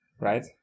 right